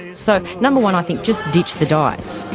so, number one, i think just ditch the diets.